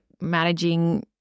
managing